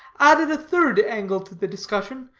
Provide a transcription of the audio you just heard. added a third angle to the discussion,